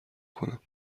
کنم